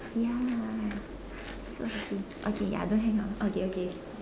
ya so happy okay ya don't hang up okay okay